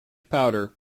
powder